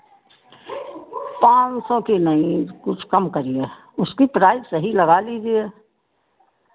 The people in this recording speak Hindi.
पाँच सौ की नहीं कुछ कम करिए उसकी प्राइस सही लगा लीजिए